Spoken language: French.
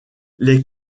les